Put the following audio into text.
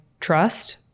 trust